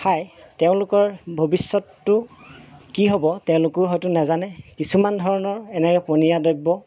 খাই তেওঁলোকৰ ভৱিষ্যতটো কি হ'ব তেওঁলোকো হয়তো নেজানে কিছুমান ধৰণৰ এনে পনীয়া দ্ৰব্য